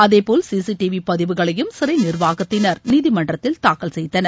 அதேபோல் சிசிடிவி பதிவுகளையும் சிறை நிர்வாகத்தினர் நீதிமன்றத்தில் தாக்கல் செய்தனர்